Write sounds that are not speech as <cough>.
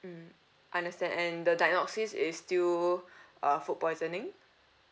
mm understand and the diagnosis is still <breath> uh food poisoning